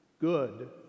Good